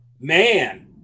man